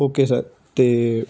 okay sir ਅਤੇ